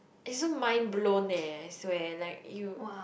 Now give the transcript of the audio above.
it's so mind blown eh I swear like you